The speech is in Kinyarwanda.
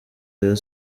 rayon